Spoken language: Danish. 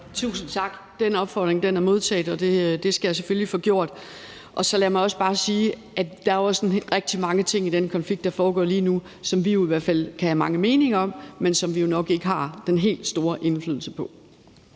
Tusind tak. Det skal jeg selvfølgelig få gjort. Lad mig så også bare sige, at der også er rigtig mange ting i den konflikt, som foregår lige nu, som vi i hvert fald kan have mange meninger om, men som vi jo nok ikke har den helt store indflydelse på.